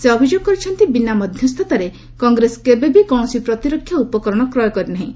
ସେ ଅଭିଯୋଗ କରିଛନ୍ତି ବିନା ମଧ୍ୟସ୍ଥତାରେ କଂଗ୍ରେସ କେବେବି କୌଣସି ପ୍ରତିରକ୍ଷା ଉପକରଣ କ୍ରୟ କରି ନାହିଁ